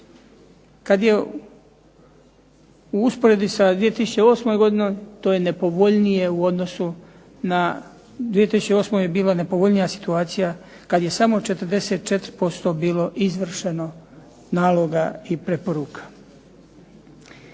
Kada je u usporedbi sa 2008. godinom to je nepovoljnije, u 2008. je bila nepovoljnija situacija kada je samo 44% bilo izvršeno naloga i preporuka.